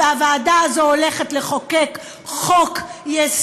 והוועדה הזאת הולכת לחוקק חוק-יסוד,